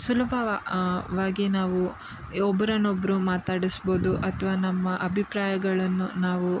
ಸುಲಭವಾಗಿ ವಾಗಿ ನಾವು ಒಬ್ಬರನ್ನೊಬ್ರು ಮಾತಾಡಿಸ್ಬೋದು ಅಥ್ವಾ ನಮ್ಮ ಅಭಿಪ್ರಾಯಗಳನ್ನು ನಾವು